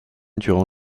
durant